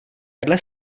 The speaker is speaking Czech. vedle